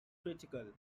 critical